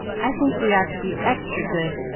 i think we ought to be extra good,